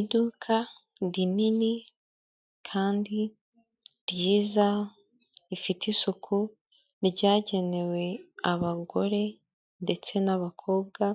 Iduka rinini kandi ryiza rifite isuku n'iryagenewe abagore ndetse n'abakobwa